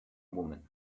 woman